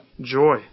joy